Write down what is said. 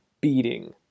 beating